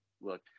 look